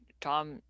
Tom